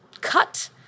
cut